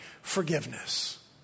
forgiveness